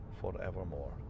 forevermore